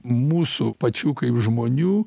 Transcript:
mūsų pačių kaip žmonių